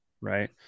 Right